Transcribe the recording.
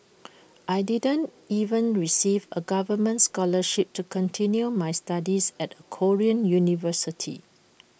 I didn't even receive A government scholarship to continue my studies at A Korean university